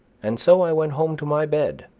and so i went home to my bed,